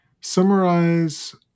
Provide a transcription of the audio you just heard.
summarize